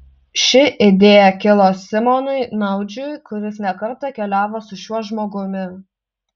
ši idėja kilo simonui naudžiui kuris ne kartą keliavo su šiuo žmogumi